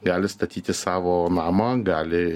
gali statyti savo namą gali